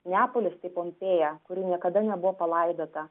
neapolis tai pompėja kuri niekada nebuvo palaidota